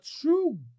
true